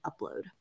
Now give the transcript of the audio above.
upload